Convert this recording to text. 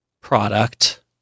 product